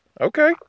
Okay